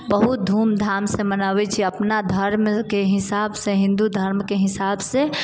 बहुत धूम धामसँ मनाबै छियै अपना धर्मके हिसाबसँ ही हिन्दू धर्मके हिसाबसँ